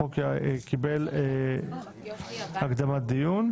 החוק קיבל הקדמת דיון.